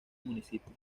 municipio